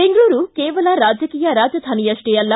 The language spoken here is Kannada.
ಬೆಂಗಳೂರು ಕೇವಲ ರಾಜಕೀಯ ರಾಜಧಾನಿಯಷ್ಷೇ ಅಲ್ಲ